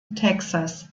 texas